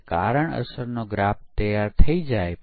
આ નાની સ્ક્રિપ્ટો તેઓ ચલાવે છે અને સોફ્ટવેરનું પરીક્ષણ કરે છે